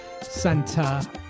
Santa